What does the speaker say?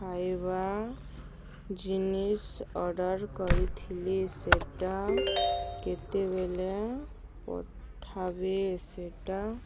ଖାଇବା ଜିନିଷ୍ ଅର୍ଡ଼ର୍ କରିଥିଲି ସେଟା କେତେବେଲେ ପଠାବେ ସେଟା